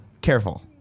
careful